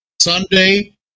Sunday